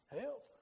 help